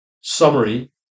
summary